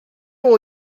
will